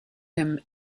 him